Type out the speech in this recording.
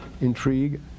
intrigue